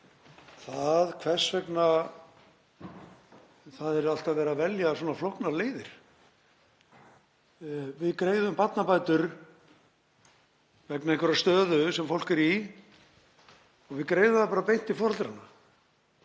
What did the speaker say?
það hvers vegna það er alltaf verið að velja svona flóknar leiðir. Við greiðum barnabætur vegna einhverrar stöðu sem fólk er í og við greiðum þær bara beint til foreldranna.